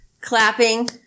clapping